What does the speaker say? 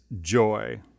joy